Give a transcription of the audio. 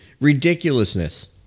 Ridiculousness